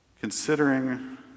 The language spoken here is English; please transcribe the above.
Considering